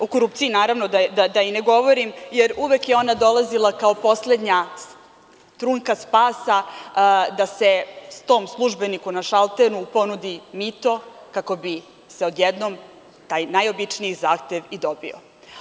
O korupciji naravno da i ne govorim, jer uvek je ona dolazila kao poslednja trunka spasa da se tom službeniku na šalteru ponudi mito kako bi se odjednom taj najobičniji zahtev i dobio.